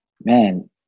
Man